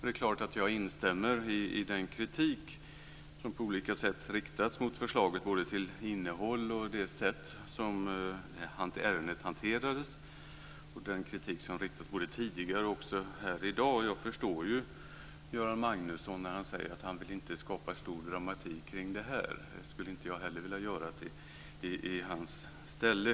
Det är klart att jag instämmer i den kritik som på olika sätt riktats mot förslaget både när det gäller innehåll och det sätt som ärendet hanterades på och den kritik som riktades både tidigare och här i dag. Jag förstår ju Göran Magnusson när han säger att han inte vill skapa stor dramatik kring detta. Det skulle inte jag heller vilja göra i hans ställe.